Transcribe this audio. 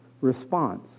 response